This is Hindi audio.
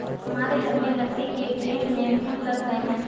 हमारे घर में लकड़ी के फ्रेम में घुन लग गए हैं